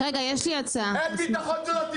אין ביטחון תזונתי,